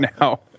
now